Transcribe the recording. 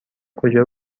کجا